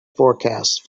forecast